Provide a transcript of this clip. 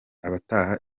abataha